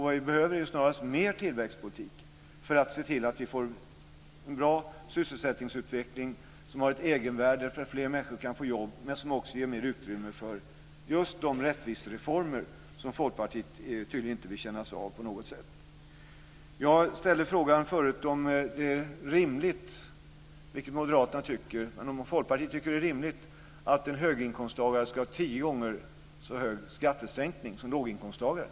Vad vi behöver är ju snarast mer tillväxtpolitik för att se till att vi får en bra sysselsättningsutveckling som har ett egenvärde därför att fler människor kan få jobb men som också ger mer utrymme just för de rättvisereformer som Folkpartiet tydligen inte på något sätt vill kännas av. Jag frågade förut om Folkpartiet tycker att det är rimligt - vilket Moderaterna tycker - att en höginkomsttagare ska ha tio gånger så stor skattesänkning som låginkomsttagaren.